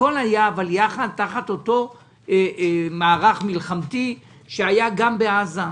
הכול היה יחד תחת אותו מערך מלחמתי שהיה גם בעזה,